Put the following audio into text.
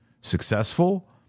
successful